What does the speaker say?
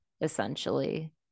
essentially